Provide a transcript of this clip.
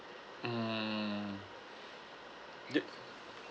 mm